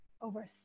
over